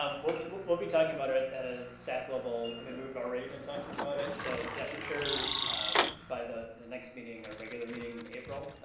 um we'll we'll be talking about it at a staff level, i mean and we've already been talking about it, so yeah for sure by the the next meeting, our regular meeting in april,